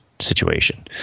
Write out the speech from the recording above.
situation